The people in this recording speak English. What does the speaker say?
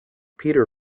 peter